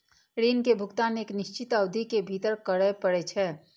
ऋण के भुगतान एक निश्चित अवधि के भीतर करय पड़ै छै